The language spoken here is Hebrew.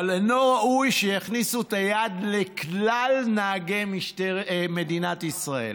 אבל לא ראוי שיכניסו את היד לכלל נהגי מדינת ישראל.